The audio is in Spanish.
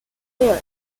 peor